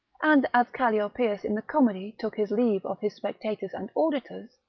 and as calliopeius in the comedy took his leave of his spectators and auditors,